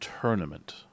tournament